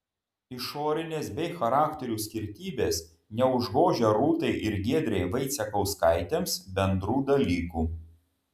išorinės bei charakterių skirtybės neužgožia rūtai ir giedrei vaicekauskaitėms bendrų dalykų